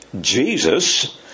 Jesus